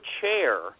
chair